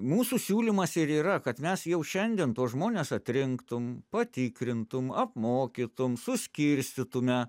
mūsų siūlymas ir yra kad mes jau šiandien tuos žmones atrinktum patikrintum apmokytum suskirstytume